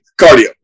cardio